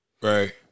Right